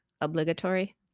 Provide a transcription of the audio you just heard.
Obligatory